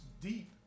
deep